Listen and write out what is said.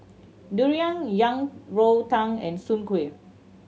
durian Yang Rou Tang and Soon Kuih